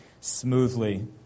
smoothly